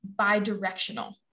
bidirectional